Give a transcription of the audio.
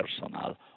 personal